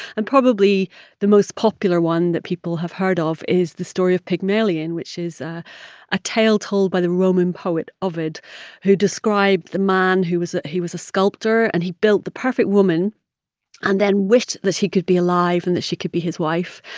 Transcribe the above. and probably the most popular one that people have heard ah of is the story of pygmalion, which is ah a tale told by the roman poet ovid who described the man who was he was a sculptor, and he built the perfect woman and then wished that she could be alive and that she could be his wife.